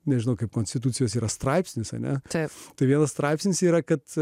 nežinau kaip konstitucijos straipsnis ne taip todėl straipsnis yra kad